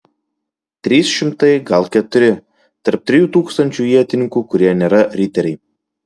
trys šimtai gal keturi tarp trijų tūkstančių ietininkų kurie nėra riteriai